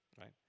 right